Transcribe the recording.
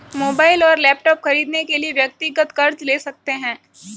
mobile और laptop खरीदने के लिए व्यक्तिगत कर्ज ले सकते है